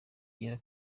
igera